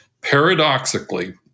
paradoxically